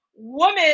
woman